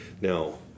now